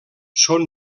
són